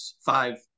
five